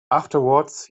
afterwards